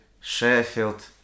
Sheffield